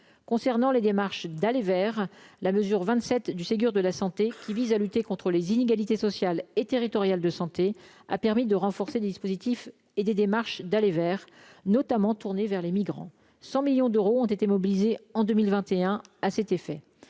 concernant les démarches d'aller vers la mesure 27 du Ségur de la santé qui vise à lutter contre les inégalités sociales et territoriales de santé a permis de renforcer le dispositif et des démarches d'aller vers notamment tourné vers les migrants 100 millions d'euros ont été mobilisés en 2021 à cet effet